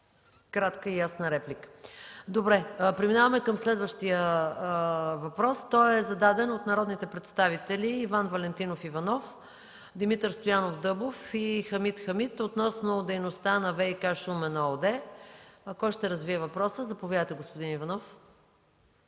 кратка и ясна реплика. Преминаваме към следващия въпрос. Той е зададен от народните представители Иван Валентинов Иванов, Димитър Стоянов Дъбов и Хамид Хамид относно дейността на „ВиК – Шумен“ ООД. Заповядайте, господин Иванов.